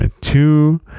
two